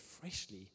freshly